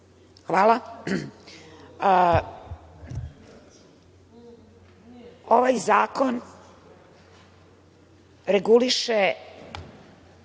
Hvala. Ovaj zakon reguliše